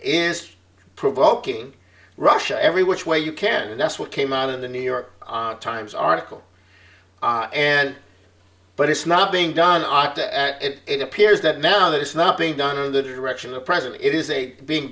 is provoking russia every which way you can and that's what came out in the new york times article and but it's not being done are it appears that now that it's not being done in the direction the president it is a being